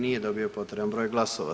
Nije dobio potreban broj glasova.